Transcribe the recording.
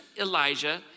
Elijah